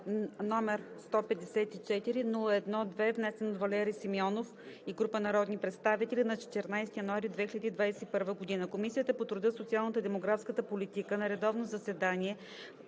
№ 154-01-2, внесен от Валери Симеонов Симеонов и група народни представители на 14 януари 2021 г. Комисията по труда, социалната и демографската политика на редовно заседание,